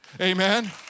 Amen